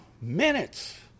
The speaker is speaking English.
minutes